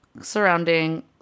surrounding